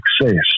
success